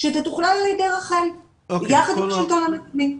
שתתוכלל על ידי רח"ל יחד עם השלטון המקומי.